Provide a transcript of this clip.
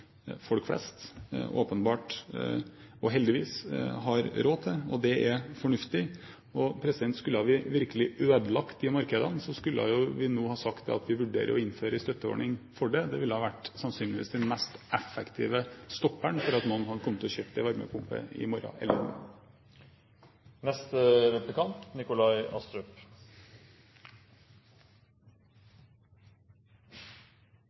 folk flest åpenbart – og heldigvis – har råd til, og det er fornuftig. Skulle vi virkelig ødelagt de markedene, skulle vi jo nå sagt at vi vurderer å innføre en støtteordning for dette. Det ville sannsynligvis vært den mest effektive stopperen for at noen hadde kommet til å kjøpe en varmepumpe i morgen.